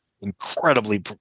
incredibly